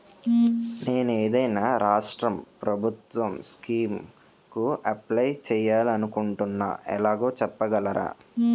నేను ఏదైనా రాష్ట్రం ప్రభుత్వం స్కీం కు అప్లై చేయాలి అనుకుంటున్నా ఎలాగో చెప్పగలరా?